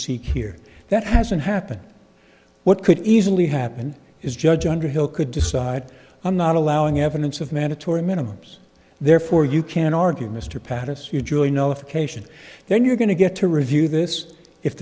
see here that hasn't happened what could easily happen is judge underhill could decide i'm not allowing evidence of mandatory minimums therefore you can argue mr patterson you join notification then you're going to get to review this if